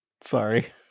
Sorry